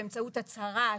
באמצעות הצהרה.